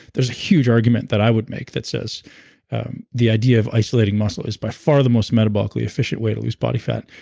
there's a huge argument that i would make that says the idea of isolating muscle is by far the most metabolically efficient way to lose body fat.